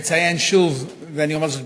שמציין שוב, ואני אומר זאת בכאב,